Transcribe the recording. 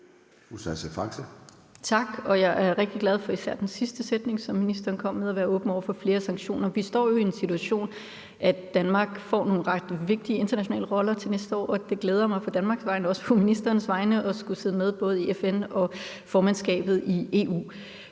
Tak, og jeg er rigtig glad for især den sidste sætning, som ministeren kom med, om at være åben over for flere sanktioner. Vi står jo i den situation, at Danmark får nogle ret vigtige internationale roller til næste år, og jeg glæder mig på Danmarks vegne og også på ministerens vegne over, at vi både skal sidde med i FN og have formandskabet i EU.